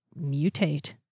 mutate